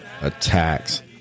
attacks